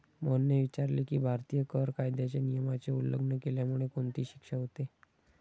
मोहनने विचारले की, भारतीय कर कायद्याच्या नियमाचे उल्लंघन केल्यामुळे कोणती शिक्षा होते?